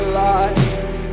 life